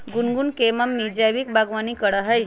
गुनगुन के मम्मी जैविक बागवानी करा हई